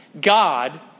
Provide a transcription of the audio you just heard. God